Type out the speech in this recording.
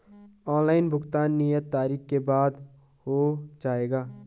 Online भुगतान नियत तारीख के बाद हो जाएगा?